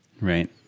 Right